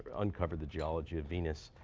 uncovered the geology of venus,